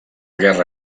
guerra